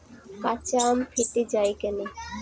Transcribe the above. কাঁচা আম ফেটে য়ায় কেন?